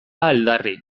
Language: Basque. aldarri